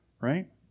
Right